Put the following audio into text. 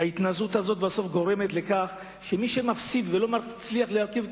ההתנשאות הזאת בסוף גורמת לכך שמי שמפסיד ולא מצליח להרכיב קואליציה,